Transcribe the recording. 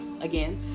again